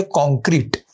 concrete